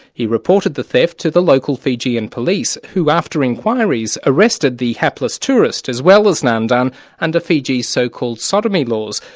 he reported the theft to the local fijian police, who after enquiries arrested the hapless tourist as well as nandan under fiji's so-called sodomy laws.